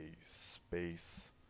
space